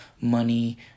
money